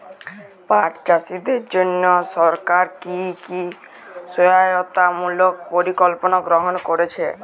পাট চাষীদের জন্য সরকার কি কি সহায়তামূলক পরিকল্পনা গ্রহণ করেছে?